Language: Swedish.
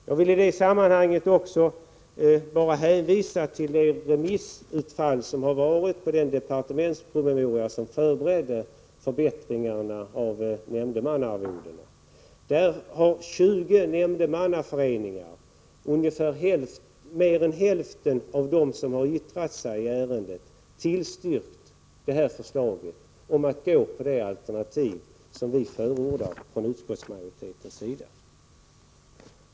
Jag vill i detta sammanhang bara hänvisa till remissutfallet med anledning av den departementspromemoria som förberedde förbättringarna av nämndemannaarvodena. 20 nämndemannaföreningar, mer än hälften av dem som har yttrat sig i ärendet, har tillstyrkt det alternativ som utskottsmajoriteten har förordat.